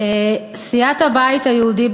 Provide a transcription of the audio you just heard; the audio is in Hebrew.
סיעת הבית היהודי,